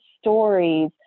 stories